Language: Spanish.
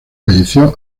falleció